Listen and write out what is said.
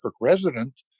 resident